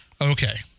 Okay